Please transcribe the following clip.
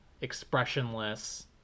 expressionless